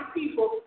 people